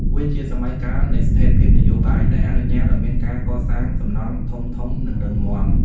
វាជាសម័យកាលនៃស្ថិរភាពនយោបាយ ដែលអនុញ្ញាតឱ្យមានការកសាងសំណង់ធំៗ និងរឹងមាំ។